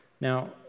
Now